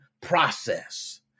process